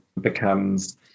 becomes